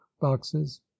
boxes